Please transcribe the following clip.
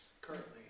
currently